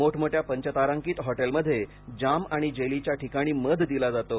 मोठमोठया पंचातारांकित हॉटेलमध्ये जाम आणि जेलीच्या ठिकाणी मध दिला जातो